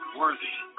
worthy